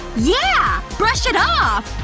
yeah! brush it off!